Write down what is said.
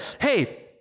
hey